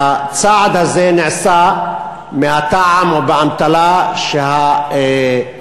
והצעד הזה נעשה מהטעם או באמתלה שהפסטיבל,